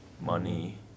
money